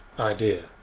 Idea